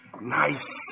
Nice